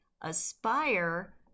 Aspire